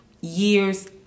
years